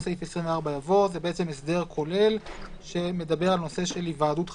זה הסדר כולל שמדבר על נושא של היוועדות חזותית,